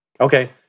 okay